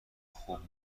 خوب